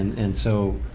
and and so,